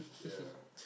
yeah